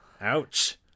Ouch